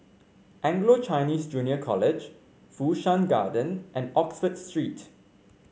Anglo Chinese Junior College Fu Shan Garden and Oxford Street